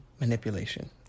Manipulation